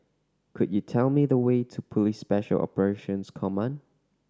could you tell me the way to Police Special Operations Command